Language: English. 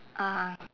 ah